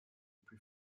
plus